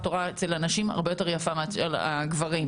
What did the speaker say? תורה אצל הנשים הרבה יותר יפה מאשר הגברים.